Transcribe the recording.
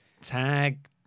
Tag